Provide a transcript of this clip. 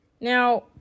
Now